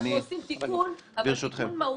אנחנו עושים תיקון, אבל תיקון מהותי.